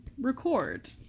record